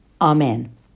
Amen